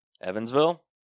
Evansville